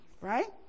right